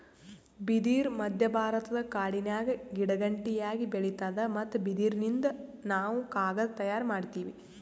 ಬಿದಿರ್ ಮಧ್ಯಭಾರತದ ಕಾಡಿನ್ಯಾಗ ಗಿಡಗಂಟಿಯಾಗಿ ಬೆಳಿತಾದ್ ಮತ್ತ್ ಬಿದಿರಿನಿಂದ್ ನಾವ್ ಕಾಗದ್ ತಯಾರ್ ಮಾಡತೀವಿ